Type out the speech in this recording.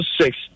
six